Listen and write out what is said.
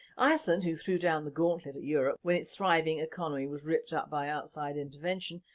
iceland, who threw down the gauntlet at europe when its thriving economy was ripped up by outside intervention,